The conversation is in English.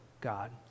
God